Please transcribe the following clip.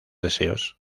deseos